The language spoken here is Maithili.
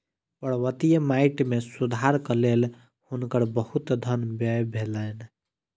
पर्वतीय माइट मे सुधारक लेल हुनकर बहुत धन व्यय भेलैन